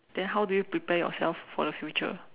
then how do you prepare yourself for the future